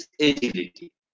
agility